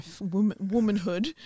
womanhood